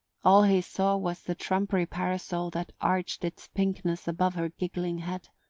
all he saw was the trumpery parasol that arched its pinkness above her giggling head.